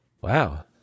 Wow